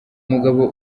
mugabo